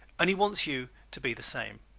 and he wants you to be the same.